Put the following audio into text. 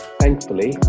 Thankfully